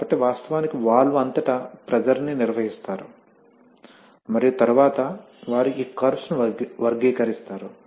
కాబట్టి వాస్తవానికి వాల్వ్ అంతటా ప్రెషర్ ని నిర్వహిస్తారు మరియు తరువాత వారు ఈ కర్వ్స్ ను వర్గీకరిస్తారు